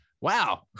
Wow